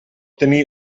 tenir